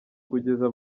kugeza